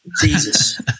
Jesus